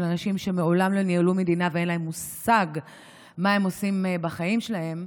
אנשים שמעולם לא ניהלו מדינה ושאין להם מושג מה הם עושים בחיים שלהם.